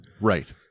Right